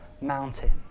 mountain